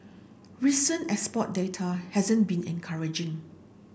recent export data hasn't been encouraging